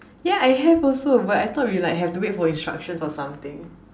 ya I have also but I thought we like have to wait for instructions or something